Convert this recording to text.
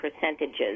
percentages